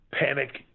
panic